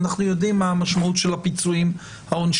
ואנחנו יודעים מה המשמעות של הפיצויים העונשיים,